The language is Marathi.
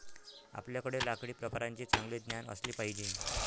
आपल्याकडे लाकडी प्रकारांचे चांगले ज्ञान असले पाहिजे